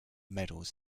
medals